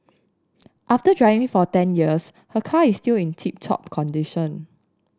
after driving for ten years her car is still in tip top condition